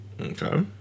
Okay